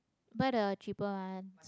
buy the cheaper one